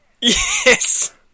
Yes